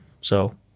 So-